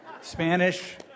Spanish